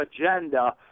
agenda